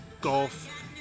golf